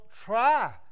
try